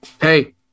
Hey